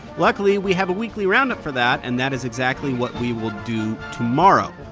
luckily, we have a weekly roundup for that, and that is exactly what we will do tomorrow.